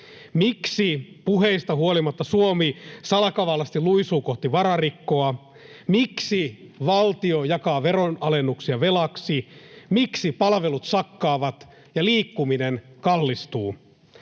Miksi puheista huolimatta Suomi salakavalasti luisuu kohti vararikkoa? Miksi valtio jakaa veronalennuksia velaksi? Miksi palvelut sakkaavat ja liikkuminen kallistuu?